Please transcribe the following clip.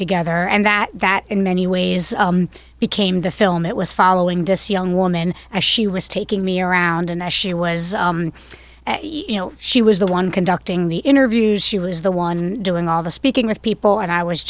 together and that that in many ways became the film it was following this young woman as she was taking me around and as she was you know she was the one conducting the interviews she was the one doing all the speaking with people and i was